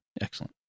Excellent